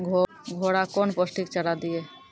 घोड़ा कौन पोस्टिक चारा दिए?